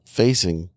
facing